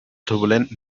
turbulenten